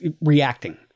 reacting